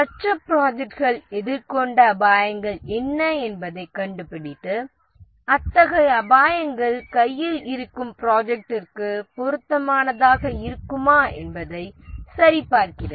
மற்ற ப்ராஜெக்ட்கள் எதிர்கொண்ட அபாயங்கள் என்ன என்பதைக் கண்டுபிடித்து அத்தகைய அபாயங்கள் கையில் இருக்கும் ப்ராஜெக்ட்ற்கு பொருத்தமானதாக இருக்குமா என்பதை சரி பார்க்கிறது